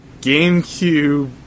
GameCube